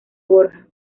borja